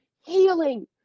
healing